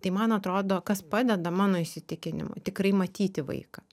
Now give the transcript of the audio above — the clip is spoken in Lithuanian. tai man atrodo kas padeda mano įsitikinimu tikrai matyti vaiką